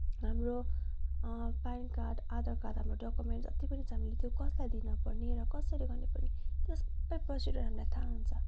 हाम्रो PAN card Aadhaar card हाम्रो document जति पनि छ हामीले त्यो कसलाई दिनपर्ने र कसरी गर्नुपर्ने त्यो सबै प्रोसिडियुर हामीलाई थाहा हुन्छ